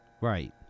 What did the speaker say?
right